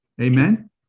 Amen